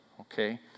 okay